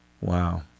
Wow